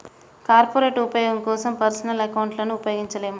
corporate ఉపయోగం కోసం personal అకౌంట్లను ఉపయోగించలేము